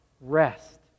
Rest